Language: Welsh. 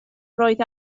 roedd